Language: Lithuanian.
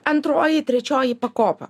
antroji trečioji pakopa